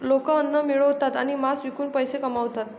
लोक अन्न मिळवतात आणि मांस विकून पैसे कमवतात